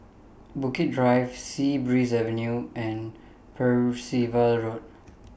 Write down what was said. Bukit Drive Sea Breeze Avenue and Percival Road